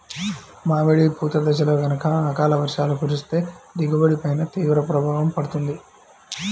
మామిడి పూత దశలో గనక అకాల వర్షాలు కురిస్తే దిగుబడి పైన తీవ్ర ప్రభావం పడుతుంది